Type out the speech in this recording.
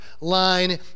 line